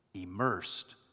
immersed